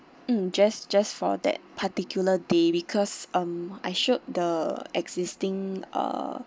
mm just just for that particular day because um I showed the existing uh